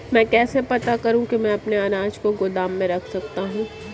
मैं कैसे पता करूँ कि मैं अपने अनाज को गोदाम में रख सकता हूँ?